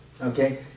Okay